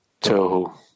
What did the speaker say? Tohu